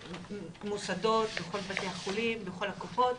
המוסדות, בכל בתי החולים, בכל הקופות.